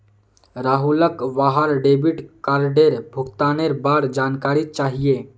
राहुलक वहार डेबिट कार्डेर भुगतानेर बार जानकारी चाहिए